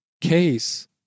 case